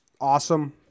awesome